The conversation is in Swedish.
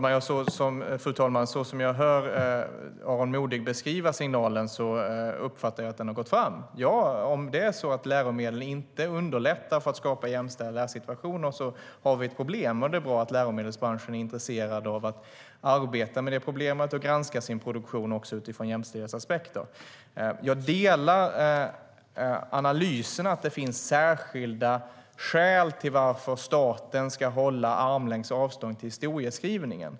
Fru talman! Så som jag hör Aron Modig beskriva signalen uppfattar jag att den har gått fram. Om det är så att läromedel inte underlättar för att skapa jämställda lärsituationer har vi ett problem, och då är det bra att läromedelsbranschen är intresserad av att arbeta med det problemet och granska sin produktion också utifrån jämställdhetsaspekter. Jag delar analysen att det finns särskilda skäl till varför staten ska hålla armlängds avstånd till historieskrivningen.